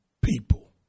people